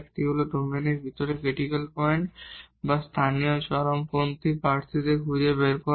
একটি হল ডোমেইনের ভিতরে ক্রিটিকাল পয়েন্ট বা স্থানীয় চরমপন্থী ক্যান্ডিডেডদের খুঁজে বের করা